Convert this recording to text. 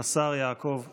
השר יעקב מרגי.